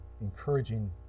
encouraging